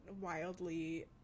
wildly